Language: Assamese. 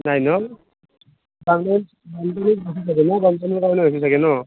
নাই ন এনেও বানপানীৰ কাৰণে হৈছে চাগে ন'